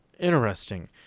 Interesting